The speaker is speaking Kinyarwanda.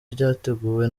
ryateguwe